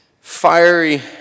fiery